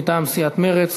מטעם סיעת מרצ,